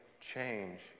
change